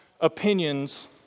opinions